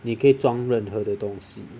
你可以装任何的东西